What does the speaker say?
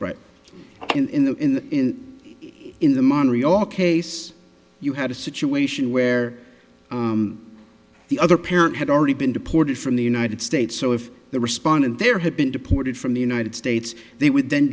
in the in the in in the monitor your case you had a situation where the other parent had already been deported from the united states so if the respondent there had been deported from the united states they would then